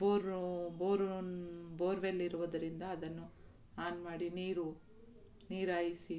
bore ಬೋರೂನ್ borewell ಇರುವುದರಿಂದ ಅದನ್ನು ಆನ್ ಮಾಡಿ ನೀರು ನೀರು ಹಾಯಿಸಿ